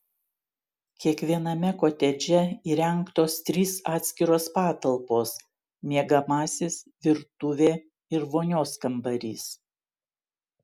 kiekviename kotedže įrengtos trys atskiros patalpos miegamasis virtuvė ir vonios kambarys